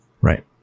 Right